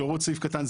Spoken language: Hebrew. שהוראות סעיף קטן,